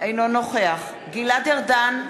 אינו נוכח גלעד ארדן,